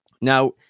Now